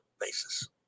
basis